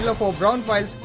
ah four brown files,